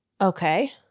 Okay